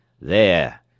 There